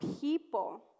people